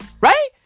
Right